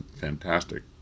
fantastic